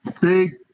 big